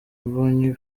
mbonyi